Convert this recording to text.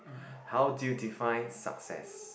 how do you define success